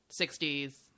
60s